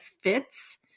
fits